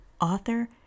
author